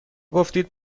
گفتید